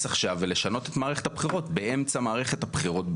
עכשיו ולשנות את מערכת הבחירות באמצע מערכת הבחירות,